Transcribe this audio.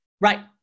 Right